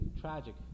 tragic